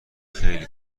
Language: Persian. خیلی